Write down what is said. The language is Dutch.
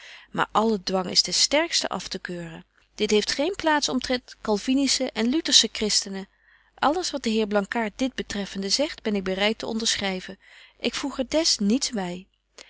maar alle dwang is ten sterksten aftekeuren dit heeft geen plaats omtrent calvinische en lutersche christenen alles wat de heer blankaart dit betreffende zegt ben ik bereit te onderschryven ik voeg er des niets by